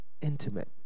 intimate